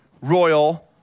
royal